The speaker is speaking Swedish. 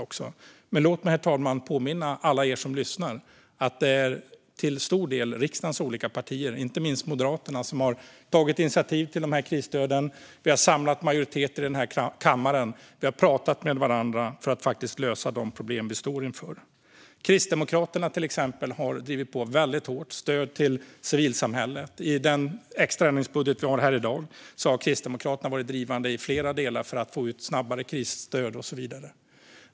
Men, herr talman, låt mig påminna alla som lyssnar om att det till stor del är riksdagens partier, inte minst Moderaterna, som har tagit initiativ till krisstöden, samlat majoritet i kammaren för dem och pratat med varandra för att lösa de problem vi står inför. Kristdemokraterna har till exempel drivit på hårt för stöd till civilsamhället. I den extra ändringsbudget vi debatterar i dag har Kristdemokraterna varit drivande i flera delar för att få ut snabbare krisstöd och så vidare.